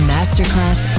Masterclass